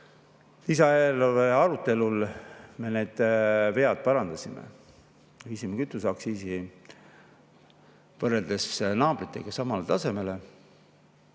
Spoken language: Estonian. lisaeelarve arutelul me need vead parandasime, viisime kütuseaktsiisi võrreldes naabritega samale tasemele.